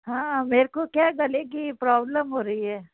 हाँ मेरको क्या है गले की प्रॉब्लम हो रही है